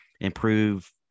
improve